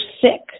sick